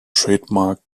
trademark